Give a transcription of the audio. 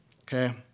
okay